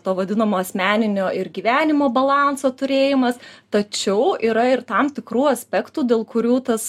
to vadinamo asmeninio ir gyvenimo balanso turėjimas tačiau yra ir tam tikrų aspektų dėl kurių tas